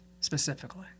Specifically